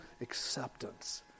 acceptance